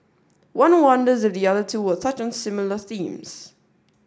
one wonders if the other two will touch on similar themes